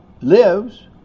lives